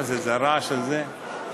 מה זה, הרעש הזה?